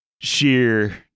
sheer